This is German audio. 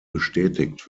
bestätigt